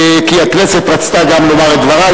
כי הכנסת גם רצתה לומר את דברה,